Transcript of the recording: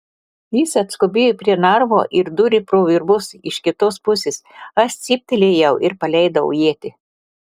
jis atskubėjo prie narvo ir dūrė pro virbus iš kitos pusės aš cyptelėjau ir paleidau ietį